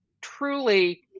truly